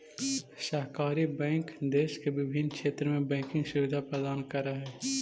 सहकारी बैंक देश के विभिन्न क्षेत्र में बैंकिंग सुविधा प्रदान करऽ हइ